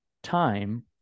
time